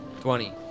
Twenty